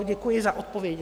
Děkuji za odpovědi.